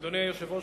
אדוני היושב-ראש,